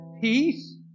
Peace